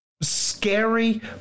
scary